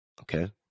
Okay